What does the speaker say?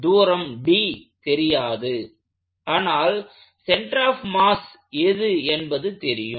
எனவே தூரம் d தெரியாது ஆனால் சென்டர் ஆப் மாஸ் எது என்பது தெரியும்